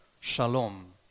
Shalom